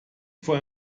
vor